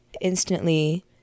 instantly